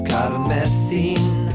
Carmethine